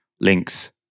links